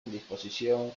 disposición